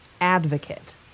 advocate